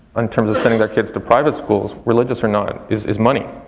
in terms of, sending their kids to private schools religious or not is is money.